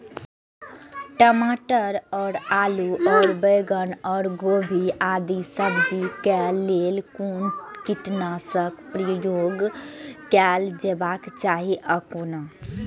टमाटर और आलू और बैंगन और गोभी आदि सब्जी केय लेल कुन कीटनाशक प्रयोग कैल जेबाक चाहि आ कोना?